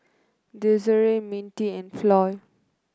Desirae Mintie and Floy